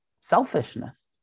selfishness